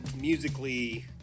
musically